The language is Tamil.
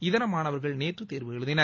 இதர மாணவர்கள் நேற்று தேர்வெழுதினர்